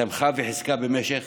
תמכה וחיזקה במשך